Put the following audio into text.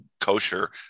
kosher